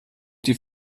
die